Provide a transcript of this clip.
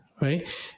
right